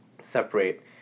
separate